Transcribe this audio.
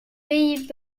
pays